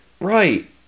right